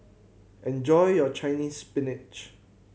enjoy your Chinese Spinach